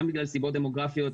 גם בגלל סיבות דמוגרפיות,